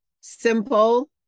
simple